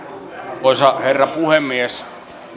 arvoisa herra puhemies